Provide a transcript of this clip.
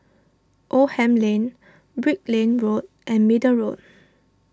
Oldham Lane Brickland Road and Middle Road